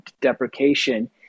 deprecation